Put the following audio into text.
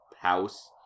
house